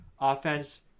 offense